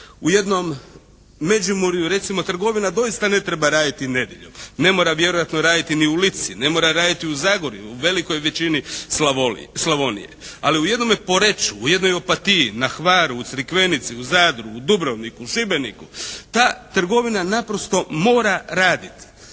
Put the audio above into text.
U jednom Međimurju recimo trgovina doista ne treba raditi nedjeljom. Ne mora vjerojatno raditi ni u Lici, ne mora raditi u Zagorju, u velikoj većini Slavonije. Ali u jednome Poreču, u jednoj Opatiji, na Hvaru, u Crikvenici, u Zadru, u Dubrovniku, Šibeniku ta trgovina naprosto mora raditi.